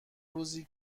روزی